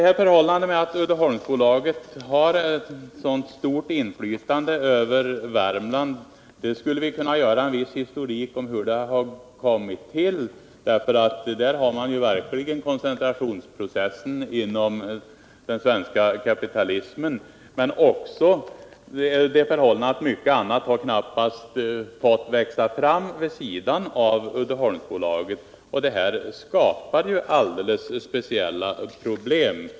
Vi skulle kunna göra en viss historik när det gäller tillkomsten av Uddeholmsbolagets mycket stora inflytande i Värmland — där har man verkligen koncentrationsprocessen inom den svenska kapitalismen. Förhållandet är också det att mycket annat knappast har fått växa fram vid sidan av Uddeholmsbolaget. Det skapade alldeles speciella problem.